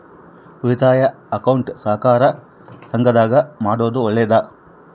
ಉಳಿತಾಯ ಅಕೌಂಟ್ ಸಹಕಾರ ಸಂಘದಾಗ ಮಾಡೋದು ಒಳ್ಳೇದಾ?